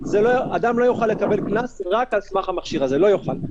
אנחנו הולכים ואולי אתה בבית ואולי לא.